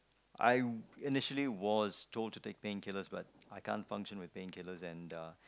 I initially was told to take painkillers but I can't function with painkillers and uh